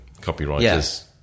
copywriters